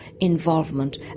involvement